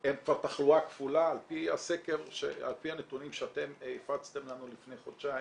הם כבר תחלואה כפולה על פי הנתונים שאתם הפצתם לנו לפני חודשיים.